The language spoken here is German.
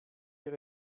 wir